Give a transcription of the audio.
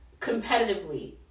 competitively